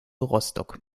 rostock